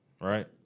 right